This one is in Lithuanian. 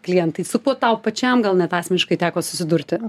klientai su kuo tau pačiam gal net asmeniškai teko susidurti